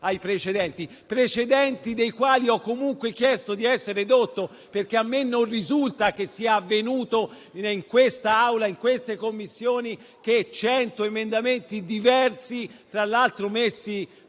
precedenti, precedenti dei quali ho comunque chiesto di essere edotto perché a me non risulta che sia avvenuto in Assemblea e in Commissione che 100 emendamenti diversi - tra l'altro, messi